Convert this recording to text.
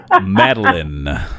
Madeline